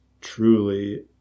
truly